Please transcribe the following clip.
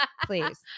Please